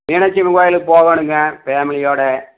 மீனாட்சி அம்மன் கோவிலுக்கு போகணுங்க ஃபேமிலியோடு